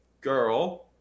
girl